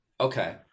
Okay